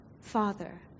Father